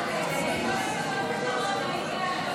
לביטול ההתיישנות בעבירות מין במשפחה (תיקוני חקיקה),